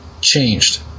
changed